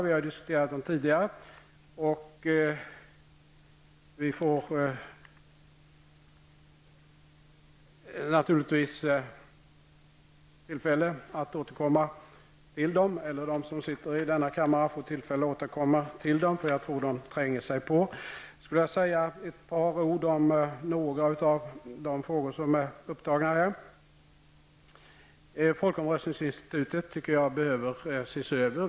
Vi har diskuterat dem tidigare, och vi som sitter i denna kammare får tillfälle att återkomma till dem. Jag tror att de tränger sig på. Jag skulle vilja säga ett par ord om några av de frågor som är upptagna här. Jag tycker att folkomröstningsinstitutet behöver ses över.